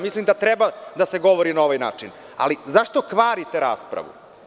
Mislim da treba da se govori na ovaj način, ali zašto kvarite raspravu?